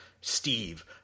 Steve